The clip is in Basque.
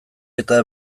eta